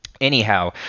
anyhow